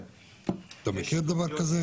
אתה מכיר דבר כזה?